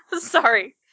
Sorry